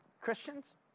Christians